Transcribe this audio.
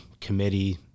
committee